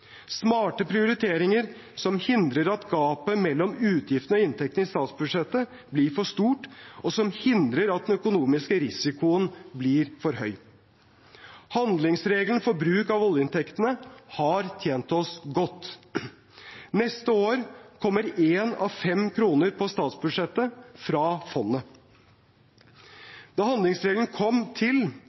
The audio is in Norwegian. smarte prioriteringer, som hindrer at gapet mellom utgiftene og inntektene i statsbudsjettet blir for stort – og som hindrer at den økonomiske risikoen blir for høy. Handlingsregelen for bruk av oljeinntektene har tjent oss godt. Neste år kommer 1 av 5 kroner på statsbudsjettet fra fondet. Da handlingsregelen kom til,